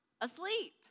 asleep